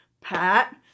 pat